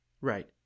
Right